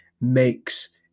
makes